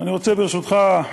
אני רוצה, ברשותך,